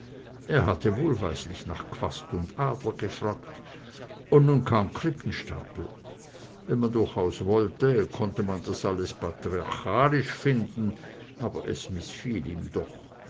er hatte wohlweislich nach quast und adler gefragt und nun kam krippenstapel wenn man durchaus wollte konnte man das alles patriarchalisch finden aber es mißfiel ihm doch